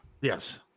Yes